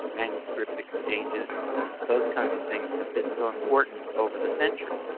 manuscript exchanges and those kinds of things have been so important over the centuries.